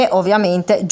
ovviamente